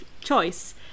choice